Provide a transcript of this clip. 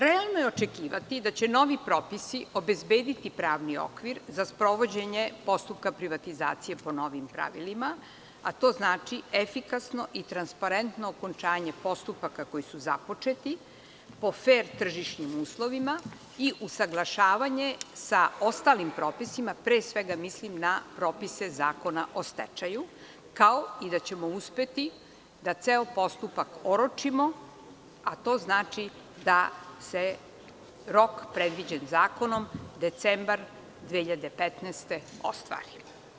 Realno je očekivati da će novi propisi obezbediti pravni okvir za sprovođenje postupka privatizacije po novim pravilima, a to znači efikasno i transparentno okončanje postupaka koji su započeti po fer tržišnim uslovima i usaglašavanje sa ostalim propisima, pre sveta mislim na propise Zakona o stečaju kao i da ćemo uspeti da ceo postupak oročimo, a to znači da se rok predviđen zakonom, decembar 2015. godine ostvari.